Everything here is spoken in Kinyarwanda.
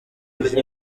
ivyo